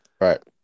right